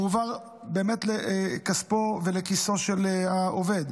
מועבר הכסף לכיסו של העובד,